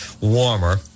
warmer